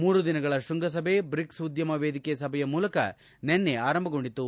ಮೂರು ದಿನಗಳ ಶೃಂಗಸಭೆ ಬ್ರಿಕ್ಪ್ ಉದ್ಯಮ ವೇದಿಕೆ ಸಭೆಯ ಮೂಲಕ ನಿನ್ನೆ ಆರಂಭಗೊಂಡಿತು